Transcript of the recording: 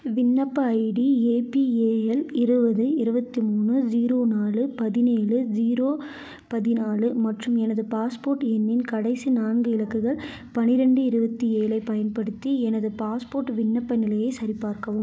விண்ணப்ப ஐடி ஏபிஏஎல் இருபது இருபத்தி மூணு ஜீரோ நாலு பதினேழு ஜீரோ பதினாழு மற்றும் எனது பாஸ்போர்ட் எண்ணின் கடைசி நான்கு இலக்குகள் பன்னிரெண்டு இருபத்தி ஏழைப் பயன்படுத்தி எனது பாஸ்போர்ட் விண்ணப்ப நிலையை சரிபார்க்கவும்